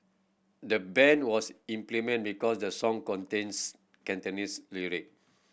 the ban was implemented because the song contains Cantonese lyric